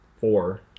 four